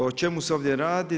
O čemu se ovdje radi?